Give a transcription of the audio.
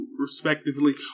respectively